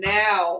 now